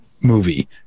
movie